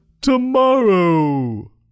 tomorrow